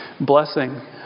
Blessing